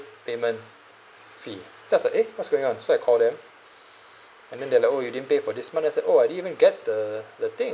payment fee then I was like eh what's going on so I called them and then they were like oh you didn't pay for this month I said oh I didn't even get the the thing